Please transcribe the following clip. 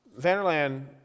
Vanderland